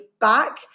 back